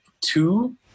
two